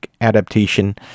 adaptation